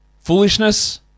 Foolishness